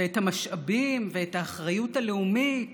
ואת המשאבים ואת האחריות הלאומית